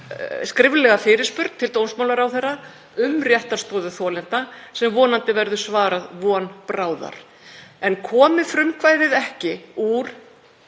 skriflega fyrirspurn til dómsmálaráðherra um réttarstöðu þolenda sem vonandi verður svarað von bráðar. Komi frumkvæðið ekki úr